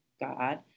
God